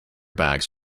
bags